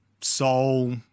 soul